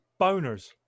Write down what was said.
Boners